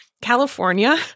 California